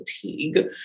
fatigue